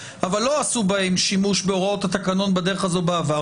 אבל לא עשו בהם שימוש בהוראות התקנון בדרך הזאת בעבר.